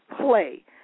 play